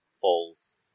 Falls